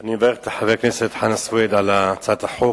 אני מברך את חבר הכנסת חנא סוייד על הצעת החוק.